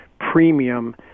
premium